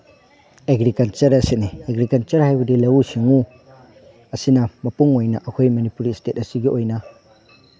agriculture ꯑꯁꯤꯅꯤ agriculture ꯍꯥꯏꯕꯗꯤ ꯂꯧꯎ ꯁꯤꯡꯎ ꯑꯁꯤꯅ ꯃꯄꯨꯡ ꯑꯣꯏꯅ ꯑꯩꯈꯣꯏ ꯃꯅꯤꯄꯨꯔ ꯏꯁꯇꯦꯠ ꯑꯁꯤꯒꯤ ꯑꯣꯏꯅ